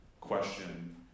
question